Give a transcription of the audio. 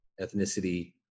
ethnicity